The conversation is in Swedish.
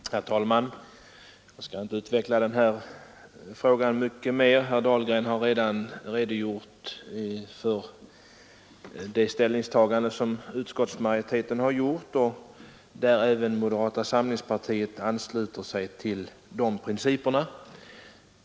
Herr talman! Jag skall inte utveckla den här frågan mycket mer. Herr Dahlgren har redogjort för utskottsmajoritetens ställningstagande. Även moderata samlingspartiet ansluter sig till de principerna.